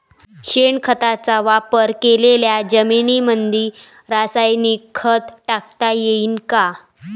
शेणखताचा वापर केलेल्या जमीनीमंदी रासायनिक खत टाकता येईन का?